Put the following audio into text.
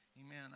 Amen